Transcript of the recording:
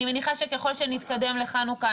אני מניחה שככל שנתקדם לחנוכה,